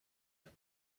the